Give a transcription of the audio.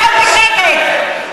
תגידי את זה לחברים שלך, שב בשקט.